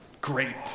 great